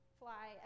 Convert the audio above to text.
fly